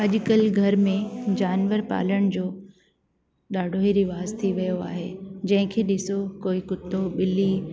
अॼुकल्ह घर में जानवर पालण जो ॾाढो ई रिवाज़ थी वयो आहे जंहिंखे ॾिसो कोई कुत्तो बिल्ली